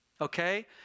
okay